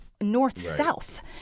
north-south